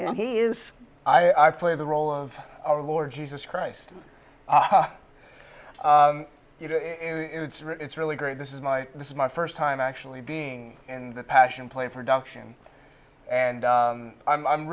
and he is i play the role of our lord jesus christ you know it's really great this is my this is my first time actually being in the passion play production and i'm